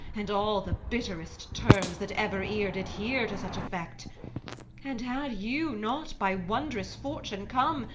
and all the bitterest terms that ever ear did hear to such effect and had you not by wondrous fortune come,